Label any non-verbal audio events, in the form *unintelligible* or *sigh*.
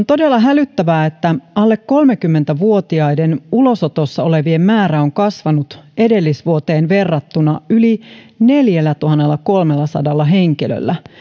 *unintelligible* todella hälyttävää että alle kolmekymmentä vuotiaiden ulosotossa olevien määrä on kasvanut edellisvuoteen verrattuna yli neljällätuhannellakolmellasadalla henkilöllä